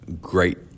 Great